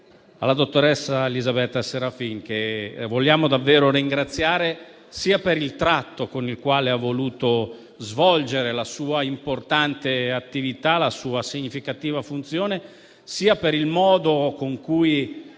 alla dottoressa Elisabetta Serafin, che vogliamo davvero ringraziare sia per il tratto con il quale ha voluto svolgere la sua importante attività e la sua significativa funzione, sia per il modo con cui